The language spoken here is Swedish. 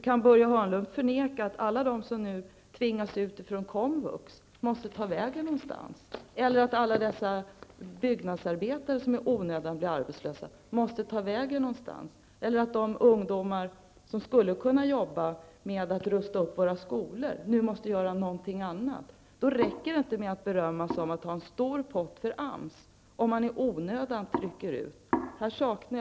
Kan Börje Hörnlund förneka att alla de som nu tvingas ut från komvux måste ta vägen någonstans, att alla dessa byggnadsarbetare som blir arbetslösa i onödan måste ta vägen någonstans eller att de ungdomar som skulle kunna arbeta med att rusta upp våra skolor nu måste göra någonting annat? Det räcker inte med att berömma sig om att ha en stor pott för AMS om man trycker ut i onödan.